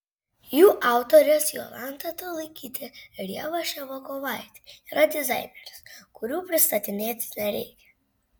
jų autorės jolanta talaikytė ir ieva ševiakovaitė yra dizainerės kurių pristatinėti nereikia